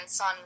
on